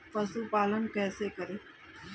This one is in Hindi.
पशुपालन कैसे करें?